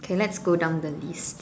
okay let's go down the list